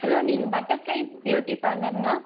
hello நீங்கள் butterfly beauty பார்லருங்களா